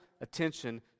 attention